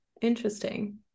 Interesting